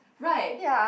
right